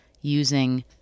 using